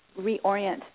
reorient